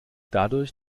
dadurch